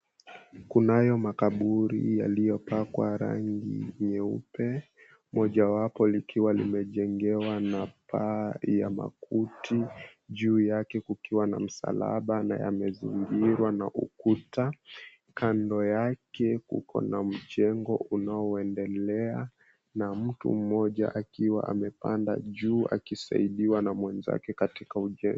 Kunayo makaburi yaliyopakwa rangi nyeupe, mojawapo likiwa limejengewa na paa la makuti, juu yake kukiwa na msalaba na yamezingirwa na ukuta. Kando yake kuko na mjengo unaoendelea na mtu mmoja akiwa amepanda juu akisaidiwa na mwenzake katika ujenzi.